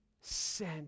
sent